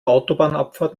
autobahnabfahrt